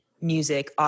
music